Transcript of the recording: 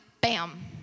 Bam